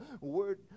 word